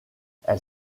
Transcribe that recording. elle